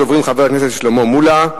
ראשון הדוברים, חבר הכנסת שלמה מולה.